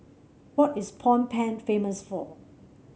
what is Phnom Penh famous for